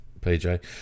PJ